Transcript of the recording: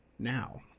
Now